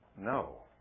No